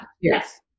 yes